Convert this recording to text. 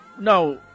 now